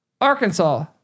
Arkansas